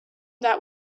that